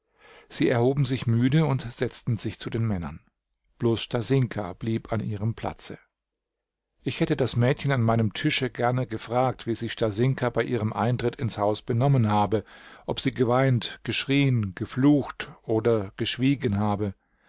sie erhoben sich müde und setzten sich zu den männern bloß stasinka blieb an ihrem platze ich hätte das mädchen an meinem tische gerne gefragt wie sich stasinka bei ihrem eintritt ins haus benommen habe ob sie geweint geschrien geflucht oder geschwiegen habe